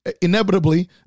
inevitably